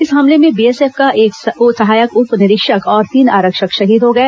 इस हमले में बीएसएफ का एक सहायक उप निरीक्षक और तीन आरक्षक शहीद हो गए